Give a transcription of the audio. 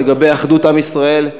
לגבי אחדות עם ישראל,